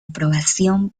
aprobación